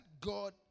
God